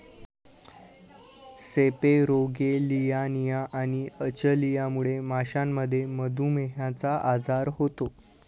सेपेरोगेलियानिया आणि अचलियामुळे माशांमध्ये मधुमेहचा आजार होतो